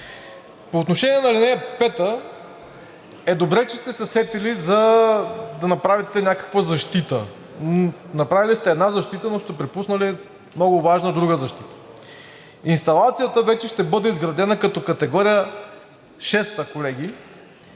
По отношение на ал. 5 е добре, че сте се сетили да направите някаква защита. Направили сте една защита, но сте пропуснали много важна друга защита. Инсталацията вече ще бъде изградена като категория шеста, колеги,